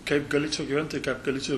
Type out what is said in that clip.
kaip galėčiau gyventi kaip galėčiau